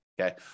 okay